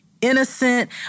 innocent